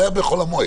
זה היה בחול המועד.